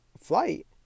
flight